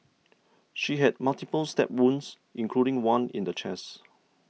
she had multiple stab wounds including one in the chest